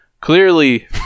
clearly